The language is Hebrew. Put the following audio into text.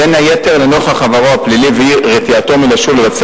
בין היתר לנוכח עברו הפלילי ואי-רתיעתו מלשוב לבצע